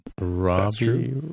Robbie